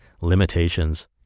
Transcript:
Limitations